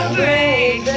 break